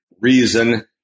reason